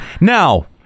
Now